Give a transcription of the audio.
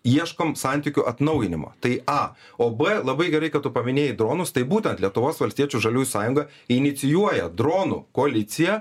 ieškome santykių atnaujinimo tai a o b labai gerai kad tu paminėjai dronus tai būtent lietuvos valstiečių žaliųjų sąjunga inicijuoja dronų koaliciją